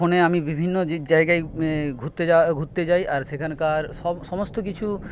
ফোনে আমি বিভিন্ন জায়গায় ঘুরতে ঘুরতে যাই আর সেখানকার সমস্ত কিছু